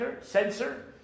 sensor